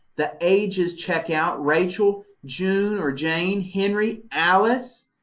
the ages check out. rachael, june or jane, henry, alice.